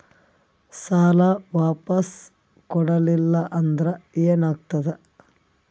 ಸಾಲ ವಾಪಸ್ ಕೊಡಲಿಲ್ಲ ಅಂದ್ರ ಏನ ಆಗ್ತದೆ?